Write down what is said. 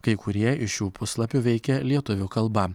kai kurie iš šių puslapių veikė lietuvių kalba